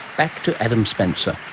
back to adam spencer.